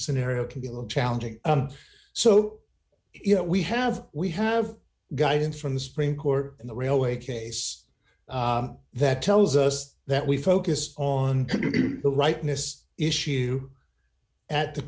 scenario can be a little challenging so you know we have we have guidance from the supreme court in the railway case that tells us that we focus on the rightness issue at the